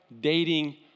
dating